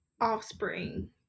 offspring